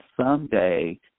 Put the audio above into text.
someday